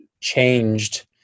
changed